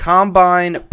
Combine